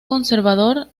conservador